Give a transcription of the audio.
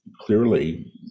clearly